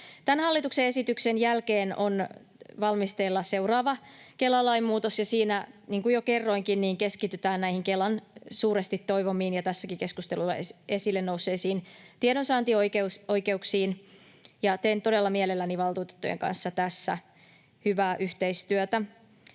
hallituksen esityksen jälkeen on valmisteilla seuraava Kela-lain muutos. Siinä, niin kuin jo kerroinkin, keskitytään näihin Kelan suuresti toivomiin ja tässäkin keskustelussa esille nousseisiin tiedonsaantioikeuksiin. Teen todella mielelläni valtuutettujen kanssa tässä hyvää yhteistyötä.